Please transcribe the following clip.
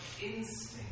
instinct